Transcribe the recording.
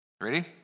Ready